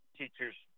teachers